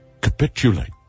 capitulate